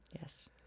Yes